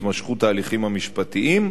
התמשכות ההליכים המשפטיים,